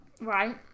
right